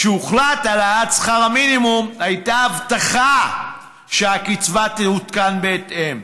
כשהוחלט על העלאת שכר המינימום הייתה הבטחה שהקצבה תעודכן בהתאם,